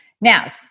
Now